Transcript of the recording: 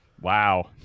Wow